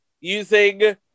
using